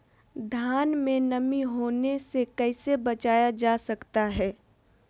धान में नमी होने से कैसे बचाया जा सकता है?